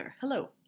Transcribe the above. Hello